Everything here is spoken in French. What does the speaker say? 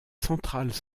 centrales